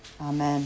Amen